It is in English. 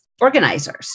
organizers